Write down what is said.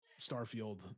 starfield